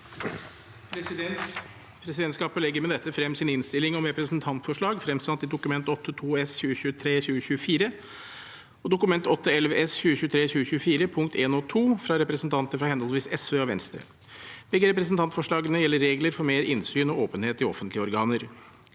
Pre- sidentskapet legger med dette frem sin innstilling om representantforslag fremsatt i Dokument 8:2 S for 2023–2024 og Dokument 8:11 S for 2023–2024, punkt 1 og 2, fra representanter fra henholdsvis SV og Venstre. Begge representantforslagene gjelder regler for mer innsyn og åpenhet i offentlige organer.